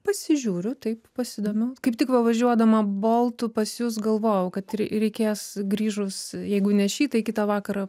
pasižiūriu taip pasidomiu kaip tik va važiuodama boltu pas jus galvojau kad rei reikės grįžus jeigu ne ši tai kitą vakarą